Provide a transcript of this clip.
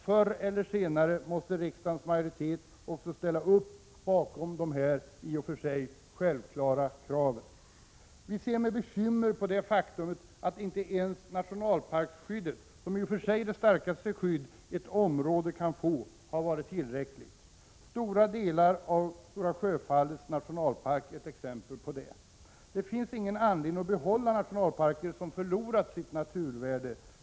Förr eller senare måste riksdagens majoritet också ställa upp bakom dessa i och för sig självklara krav. Vi ser med bekymmer på det faktum att inte ens nationalparksskyddet, som i och för sig är det starkaste skydd ett område kan få, har varit tillräckligt. Stora delar delar av Stora Sjöfallets nationalpark är ett exempel på detta. Det finns ingen anledning att behålla nationalparker som förlorat sitt naturvärde.